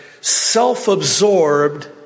self-absorbed